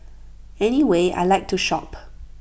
anyway I Like to shop